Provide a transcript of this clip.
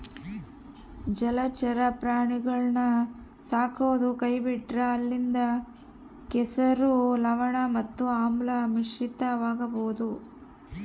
ಜಲಚರ ಪ್ರಾಣಿಗುಳ್ನ ಸಾಕದೊ ಕೈಬಿಟ್ರ ಅಲ್ಲಿಂದ ಕೆಸರು, ಲವಣ ಮತ್ತೆ ಆಮ್ಲ ಮಿಶ್ರಿತವಾಗಬೊದು